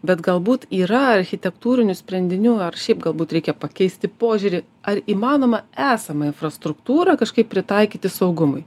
bet galbūt yra architektūrinių sprendinių ar šiaip galbūt reikia pakeisti požiūrį ar įmanoma esamą infrastruktūrą kažkaip pritaikyti saugumui